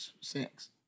sex